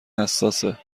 حساسه